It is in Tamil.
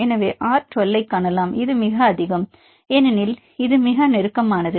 எனவே நீங்கள் R 12 ஐக் காணலாம் இது மிக அதிகம் ஏனெனில் இது மிக நெருக்கமானது